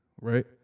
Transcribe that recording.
right